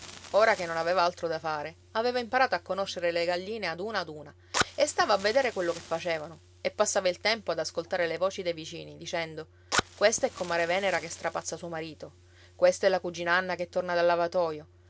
ora che non aveva altro da fare aveva imparato a conoscere le galline ad una ad una e stava a vedere quello che facevano e passava il tempo ad ascoltare le voci dei vicini dicendo questa è comare venera che strapazza suo marito questa è la cugina anna che torna dal lavatoio